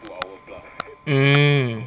mm